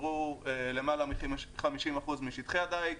סגרו למעלה מ-50% משטחי הדייג,